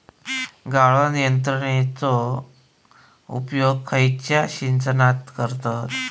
गाळण यंत्रनेचो उपयोग खयच्या सिंचनात करतत?